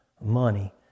money